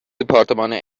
دپارتمان